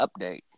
update